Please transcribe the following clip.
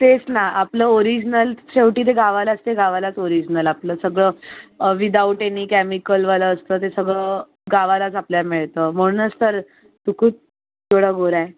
तेच ना आपलं ओरिजनल शेवटी ते गावालाच ते गावालाच ओरिजनल आपलं सगळं विदाऊट एनी केमिकल वालं असतं ते सगळं गावालाच आपल्या मिळतं म्हणूनच तर सुकृत एवढा गोरा आहे